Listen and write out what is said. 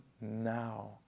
now